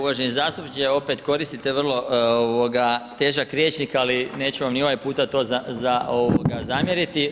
Uvaženi zastupniče opet koristite vrlo težak rječnik ali neću vam ni ovaj puta to zamjeriti.